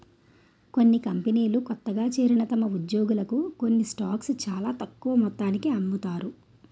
కొన్ని కంపెనీలు కొత్తగా చేరిన తమ ఉద్యోగులకు కొన్ని స్టాక్స్ చాలా తక్కువ మొత్తానికి అమ్ముతారు